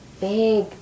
big